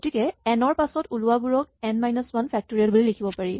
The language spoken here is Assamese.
গতিকে এন ৰ পাছত ওলোৱা বোৰক এন মাইনাচ ৱান ফেক্টৰিয়েল বুলি লিখিব পাৰি